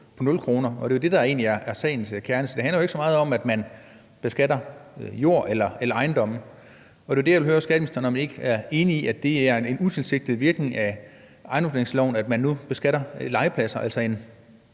der egentlig er sagens kerne. Så det handler jo ikke så meget om, at man beskatter jord eller ejendomme. Det var der, jeg ville høre skatteministeren, om ikke han er enig i, at det er en utilsigtet virkning af ejendomsvurderingsloven, at man nu beskatter legepladser,